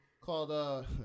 Called